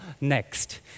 next